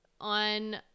on